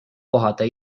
kohata